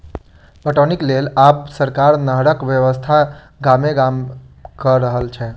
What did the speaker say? पटौनीक लेल आब सरकार नहरक व्यवस्था गामे गाम क रहल छै